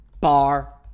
Bar